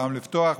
פעם לפתוח,